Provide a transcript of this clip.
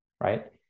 Right